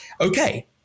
okay